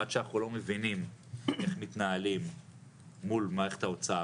עד שאנחנו לא מבינים איך מתנהלים מול מערכת האוצר,